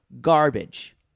Garbage